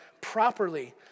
properly